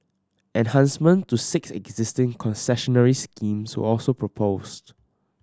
enhancement to six existing concessionary schemes were also proposed